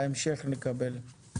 בהמשך נקבל.